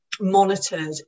monitored